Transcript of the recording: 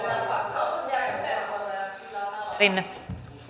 arvoisa puhemies